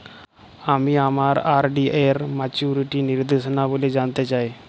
আমি আমার আর.ডি এর মাচুরিটি নির্দেশাবলী জানতে চাই